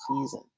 season